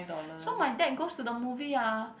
so my dad goes to the movie ah